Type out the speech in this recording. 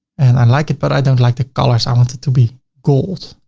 and i like it, but i don't like the colors. i want it to be gold,